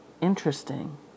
interesting